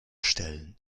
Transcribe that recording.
stellen